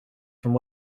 from